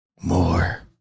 more